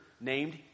named